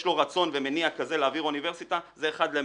לו רצון ומניע כזה להעביר אוניברסיטה זה אחד למאה,